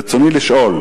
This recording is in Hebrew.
רצוני לשאול: